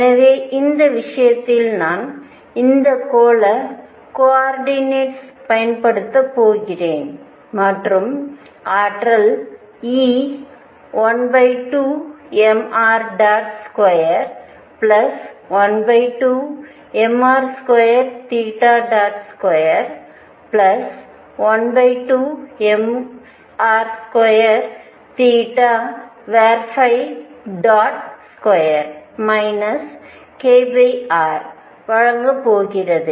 எனவே இந்த விஷயத்தில் நான் இந்த கோள கோஆர்டினேட்டஸ்களைப் பயன்படுத்தப் போகிறேன் மற்றும் ஆற்றல் E 12mr212mr2212mr22 kr வழங்கப் போகிறது